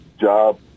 job